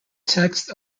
text